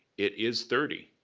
it is thirty,